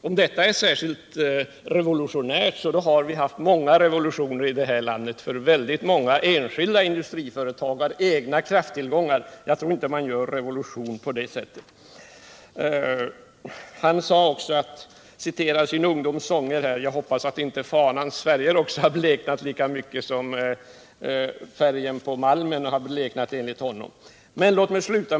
Om detta är särskilt revolutionärt har vi haft många revolutioner i det här landet. Många enskilda industriföretag har egna krafttillgångar. Jag tror inte att man gör revolution på det sättet. Fritz Börjesson citerade sin ungdoms sånger. Jag hoppas att fanans färger inte har bleknat lika mycket som färgen på malmen enligt Fritz Börjesson har bleknat.